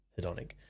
hedonic